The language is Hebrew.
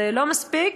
זה לא מספיק.